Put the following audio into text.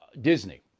Disney